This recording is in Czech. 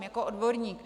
Jako odborník.